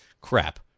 Crap